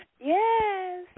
yes